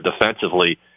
defensively